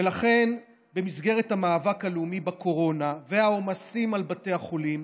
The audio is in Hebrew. ולכן במסגרת המאבק הלאומי בקורונה והעומסים על בתי החולים,